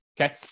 Okay